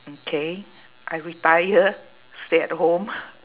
okay I retired stay at home